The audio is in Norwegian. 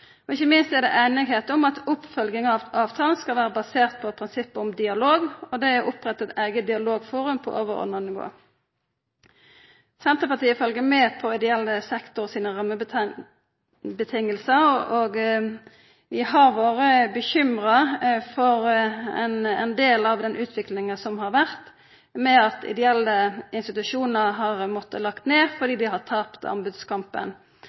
spesielt. Ikkje minst er det einigheit om at oppfølging av avtalen skal vera basert på prinsippet om dialog, og det er oppretta eiget dialogforum på overordna nivå. Senterpartiet følgjer med på ideell sektor sine rammevilkår, og vi har vore bekymra for ein del av den utviklinga som har vore med at ideelle institusjonar har mått leggja ned fordi dei har tapa anbodskampen.